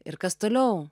ir kas toliau